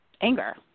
anger